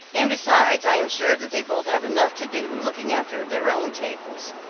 and besides i am sure that they both have enough to do looking after their own tables.